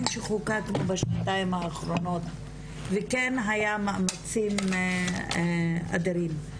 שחוקקנו בשנתיים האחרונות וכן היו מאמצים אדירים,